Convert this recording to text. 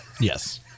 Yes